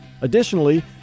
Additionally